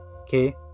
okay